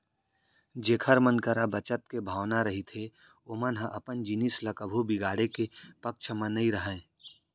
जेखर मन करा बचत के भावना रहिथे ओमन ह अपन जिनिस ल कभू बिगाड़े के पक्छ म नइ रहय